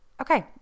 okay